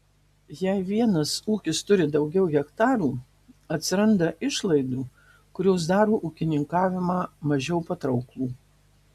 jei vienas ūkis turi daugiau hektarų atsiranda išlaidų kurios daro ūkininkavimą mažiau patrauklų